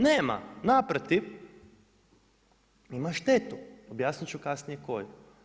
Nema, naprotiv ima štetu, objasnit ću kasnije koju.